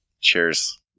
Cheers